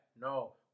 No